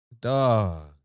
Dog